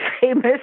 famous